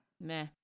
meh